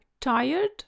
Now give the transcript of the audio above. tired